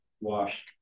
washed